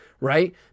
right